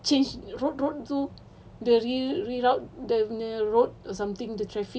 change roadblock tu they re~ reroute dia nya road or something the traffic